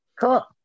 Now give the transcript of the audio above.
Cool